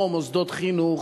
במקומות כמו מוסדות חינוך,